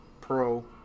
pro